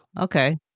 Okay